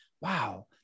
wow